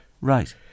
Right